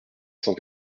cent